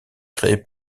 créé